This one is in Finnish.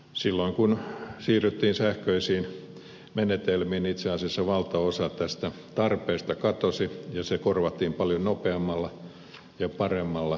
silloin kun siirryttiin sähköisiin menetelmiin niin itse asiassa valtaosa tästä tarpeesta katosi ja se korvattiin paljon nopeammalla ja paremmalla tuotteella